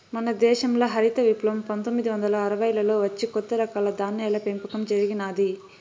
మన దేశంల హరిత విప్లవం పందొమ్మిది వందల అరవైలలో వచ్చి కొత్త రకాల ధాన్యాల పెంపకం జరిగినాది